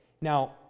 now